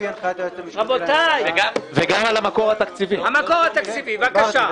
המקור התקציבי, בבקשה.